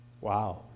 Wow